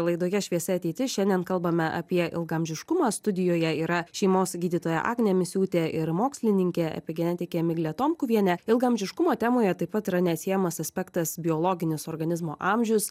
laidoje šviesi ateitis šiandien kalbame apie ilgaamžiškumą studijoje yra šeimos gydytoja agnė misiūtė ir mokslininkė epigenetikė miglė tomkuvienė ilgaamžiškumo temoje taip pat yra neatsiejamas aspektas biologinis organizmo amžius